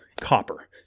copper